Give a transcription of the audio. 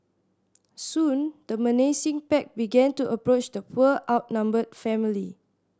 soon the menacing pack began to approach the poor outnumbered family